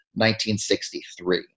1963